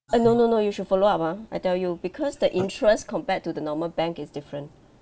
uh no no no you should follow up ah I tell you because the interest compared to the normal bank is different